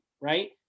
right